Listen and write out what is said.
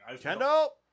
Kendall